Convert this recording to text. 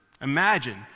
Imagine